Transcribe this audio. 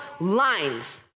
lines